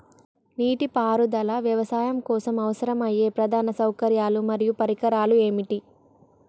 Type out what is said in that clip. నీటిపారుదల వ్యవసాయం కోసం అవసరమయ్యే ప్రధాన సౌకర్యాలు మరియు పరికరాలు ఏమిటి?